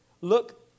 Look